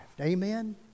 Amen